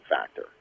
factor